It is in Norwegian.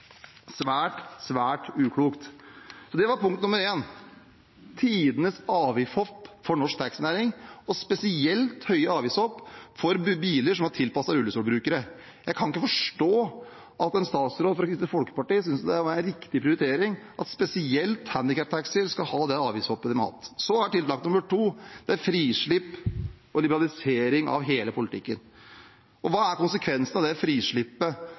svært, svært uklokt. Det var det første punktet – tidenes avgiftshopp for norsk taxinæring og spesielt høye avgiftshopp for biler som er tilpasset rullestolbrukere. Jeg kan ikke forstå at en statsråd fra Kristelig Folkeparti synes det er en riktig prioritering at spesielt handikaptaxier skal ha det avgiftshoppet de har hatt. Tiltak nummer to er frislipp og liberalisering av hele politikken. Hva er konsekvensen av det frislippet